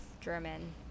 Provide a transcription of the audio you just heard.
German